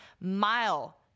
mile